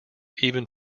even